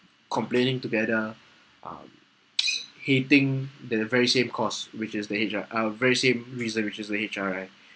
complaining together um hating the very same course which is the H_R uh very same reason which is the H_R_I